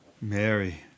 Mary